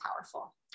powerful